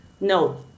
no